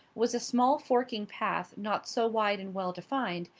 was a small forking path not so wide and well defined,